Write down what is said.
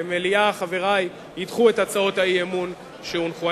שהמליאה, חברי, ידחו את הצעות האי-אמון שהונחו.